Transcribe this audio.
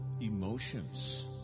emotions